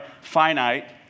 finite